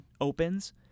opens